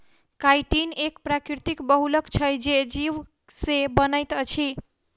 chitin एक प्राकृतिक बहुलक छै जे जीव से बनैत अछि